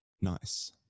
Nice